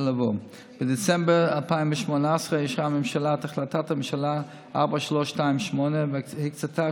בדצמבר 2018 אישרה הממשלה את החלטת הממשלה 4328 והקצתה